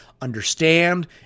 understand